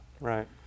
right